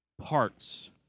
parts